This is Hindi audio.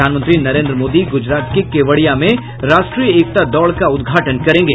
प्रधानमंत्री नरेंद्र मोदी गुजरात के केवड़िया में राष्ट्रीय एकता दौड़ का उद्घाटन करेंगे